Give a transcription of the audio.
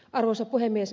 arvoisa puhemies